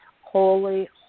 holy